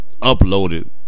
uploaded